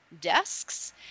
desks